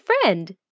friend